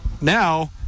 now